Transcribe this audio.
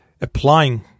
applying